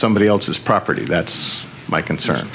somebody else's property that's my concern